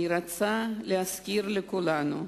אני רוצה להזכיר לכולנו,